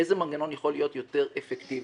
איזה מנגנון יכול להיות יותר אפקטיבי.